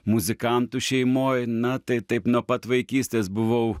muzikantų šeimoj na tai taip nuo pat vaikystės buvau